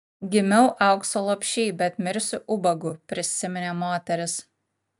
gimiau aukso lopšy bet mirsiu ubagu prisiminė moteris